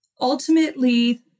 ultimately